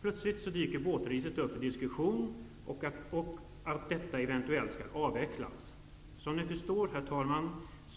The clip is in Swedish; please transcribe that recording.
Plötsligt dyker båtregistret upp till diskussion och att detta eventuellt skall avvecklas. Som ni förstår, herr talman,